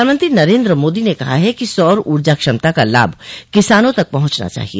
प्रधानमंत्री नरेन्द्र मोदी ने कहा है कि सौर ऊर्जा क्षमता का लाभ किसानों तक पहुंचना चाहिए